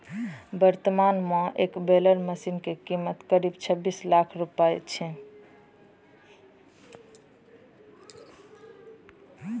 वर्तमान मॅ एक बेलर मशीन के कीमत करीब छब्बीस लाख रूपया छै